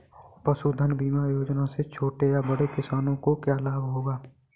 पशुधन बीमा योजना से छोटे या बड़े किसानों को क्या लाभ होगा?